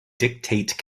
dictate